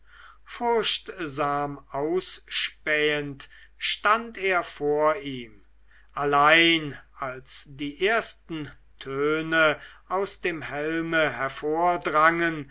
furchtsam ausspähend stand er vor ihm allein als die ersten töne aus dem helme hervordrangen